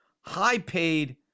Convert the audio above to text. high-paid